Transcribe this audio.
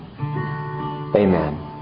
Amen